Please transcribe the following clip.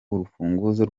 urufunguzo